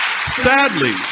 sadly